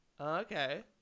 Okay